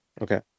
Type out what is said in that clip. Okay